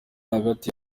hagati